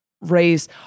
race